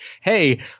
hey